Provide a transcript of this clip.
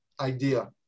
idea